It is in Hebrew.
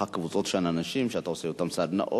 קבוצות של אנשים שאתה עושה אתם סדנאות,